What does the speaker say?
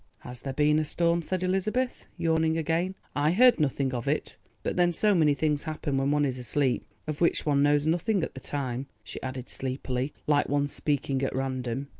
has there been a storm? said elizabeth, yawning again. i heard nothing of it but then so many things happen when one is asleep of which one knows nothing at the time, she added sleepily, like one speaking at random.